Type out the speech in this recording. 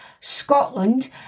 Scotland